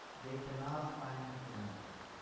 they cannot find a piano for him.